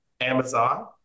Amazon